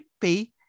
pay